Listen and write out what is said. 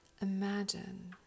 imagine